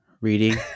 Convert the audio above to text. reading